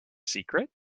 secret